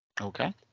Okay